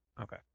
Okay